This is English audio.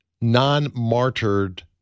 non-martyred